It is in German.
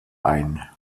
ein